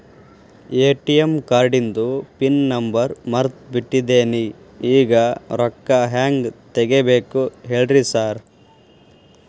ATM ಕಾರ್ಡಿಂದು PIN number ಮರ್ತ್ ಬಿಟ್ಟಿದೇನಿ ಈಗ ರೊಕ್ಕಾ ಹೆಂಗ್ ತೆಗೆಬೇಕು ಹೇಳ್ರಿ ಸಾರ್